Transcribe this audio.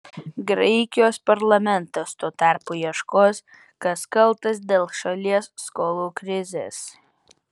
graikijos parlamentas tuo tarpu ieškos kas kaltas dėl šalies skolų krizės